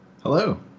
Hello